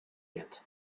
yet